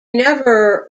never